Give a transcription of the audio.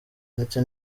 ndetse